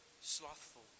slothful